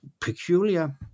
peculiar